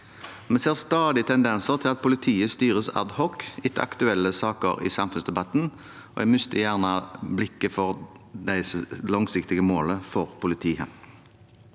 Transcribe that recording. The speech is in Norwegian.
Vi ser stadig tendenser til at politiet styres ad hoc, etter aktuelle saker i samfunnsdebatten, og en mister gjerne blikket for de langsiktige målene for politiet.